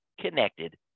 connected